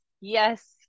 yes